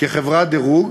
כחברת דירוג